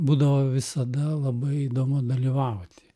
būdavo visada labai įdomu dalyvauti